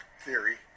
theory